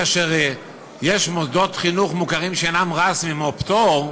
כאשר יש מוסדות חינוך מוכרים שאינם רשמיים או פטור,